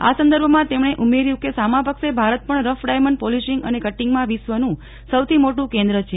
આ સંદર્ભમાં તેમજો ઉમેર્યું કે સામાપક્ષે ભારત પણ રફ ડાયમંડ પોલિશિંગ અને કટિંગમાં વિશ્વનું સૌથી મોટું કેન્દ્ર છે